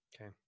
Okay